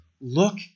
look